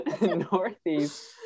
northeast